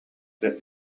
that